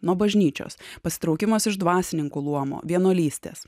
nuo bažnyčios pasitraukimas iš dvasininkų luomo vienuolystės